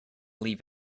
leave